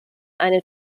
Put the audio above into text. eine